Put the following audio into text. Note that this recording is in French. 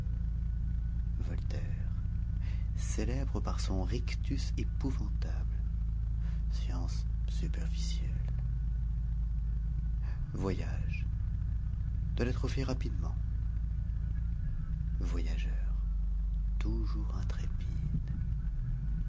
voltaire célèbre par son rictus épouvantable science superficielle voyage doit être fait rapidement voyageur toujours intrépide